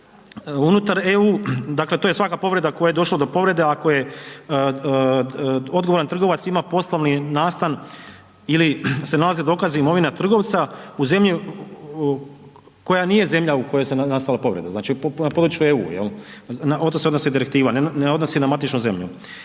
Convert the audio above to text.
unutar EU, dakle to je svaka povreda do koje je došlo, do povrede ako je odgovoran trgovac ima poslovni nastan ili se nalaze dokazi i imovina trgovca u zemlji koja nije zemlja u kojoj se nastala povreda, znači na području EU jel? O to se odnosi direktiva, ne odnosi na matičnu zemlju.